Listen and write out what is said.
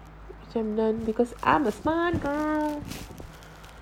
I'm none because I'm a smart girl